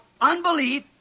unbelief